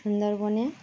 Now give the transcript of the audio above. সুন্দরবনে